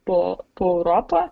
po europą